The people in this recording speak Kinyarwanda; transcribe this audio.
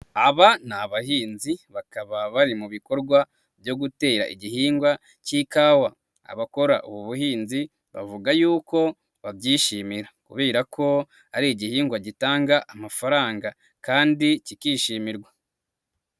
Aba ni abahinzi, bakaba bari mu bikorwa byo gutera igihingwa cy'ikawa, abakora ubu buhinzi bavuga yuko babyishimira, kubera ko ari igihingwa gitanga amafaranga kandi kikishimirwa.